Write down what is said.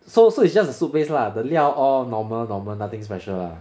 so so it's just a soup base lah the 料 all normal normal nothing special lah